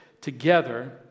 together